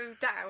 down